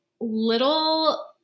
little